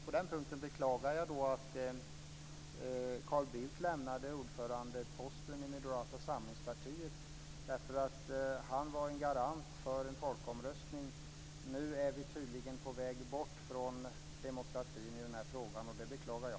På den punkten beklagar jag att Carl Bildt lämnade ordförandeposten i Moderata samlingspartiet. Han var en garant för en folkomröstning. Nu är vi tydligen på väg bort från demokratin i den här frågan, och det beklagar jag.